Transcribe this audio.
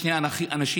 שני אנשים,